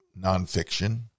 nonfiction